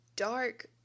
dark